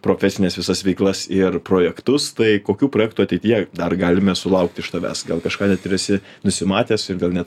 profesines visas veiklas ir projektus tai kokių projektų ateityje dar galime sulaukt iš tavęs gal kažką net ir esi nusimatęs ir gal net